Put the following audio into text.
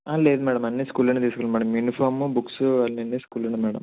లేదు మేడం అన్నీ స్కూల్లో తీసుకోవాలి మేడం యూనిఫామ్ బుక్స్ అన్నీ అన్నీ స్కూల్లో మేడం